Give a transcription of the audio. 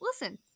Listen